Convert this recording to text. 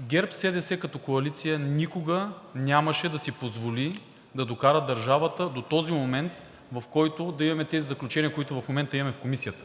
ГЕРБ-СДС като коалиция никога нямаше да си позволи да докара държавата до този момент, в който да имаме тези заключения, които в момента имаме в Комисията.